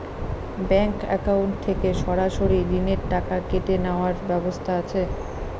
Bank account থেকে সরাসরি ঋণের টাকা কেটে নেওয়ার ব্যবস্থা আছে?